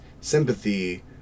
sympathy